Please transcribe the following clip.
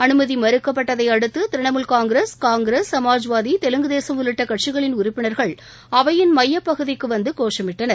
அனுமதி மறுக்கப்பட்டதையடுத்து திரிணாமுல் காங்கிரஸ் காங்கிரஸ் சமாஜ்வாதி தெலுங்கு தேசம் உள்ளிட்ட கட்சிகளின் உறுப்பினர்கள் அவையின் மையப்பகுதிக்கு வந்து கோஷமிட்டனர்